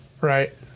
Right